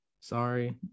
Sorry